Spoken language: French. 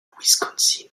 wisconsin